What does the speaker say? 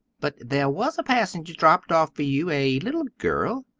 but there was a passenger dropped off for you a little girl.